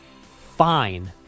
fine